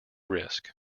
risk